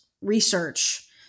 research